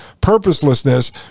purposelessness